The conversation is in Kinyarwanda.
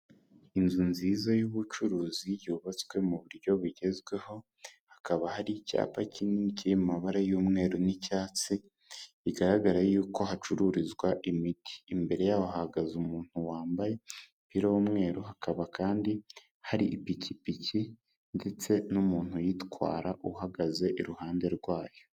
Inzu nziza y'ubucuruzi yubatswe mu buryo bugezweho. Hakaba hari icyapa kinini kiri mu mabara y'umweru n'icyatsi bigaragara yuko hacururizwa imiti. Imbere yaho hahagaze umuntu wambaye umupira w'umweru. Hakaba kandi hari ipikipiki ndetse n'umuntu uyitwara uhagaze iruhande rwayo.